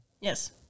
yes